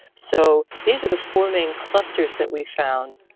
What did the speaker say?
so these were the four main clusters that we found.